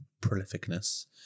prolificness